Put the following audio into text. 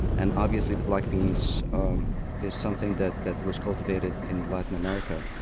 and obviously the black bean is um is something that that was cultivated in latin america.